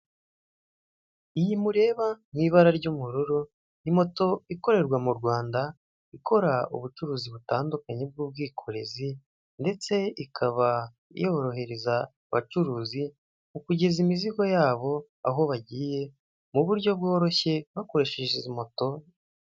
Iyi mureba mu ibara ry'ubururu, ni moto ikorerwa mu Rwanda ikora ubucuruzi butandukanye bw'ubwikorezi, ndetse ikaba yorohereza abacuruzi mu kugeza imizigo yabo aho bagiye mu buryo bworoshye bakoresheje izi moto.